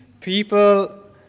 People